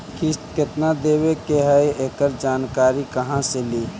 किस्त केत्ना देबे के है एकड़ जानकारी कहा से ली?